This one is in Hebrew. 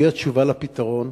וזו התשובה, הפתרון?